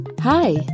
Hi